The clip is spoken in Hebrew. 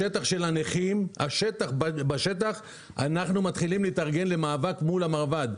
אנשי השטח של הנכים מתחילים להתארגן למאבק מול המרב"ד.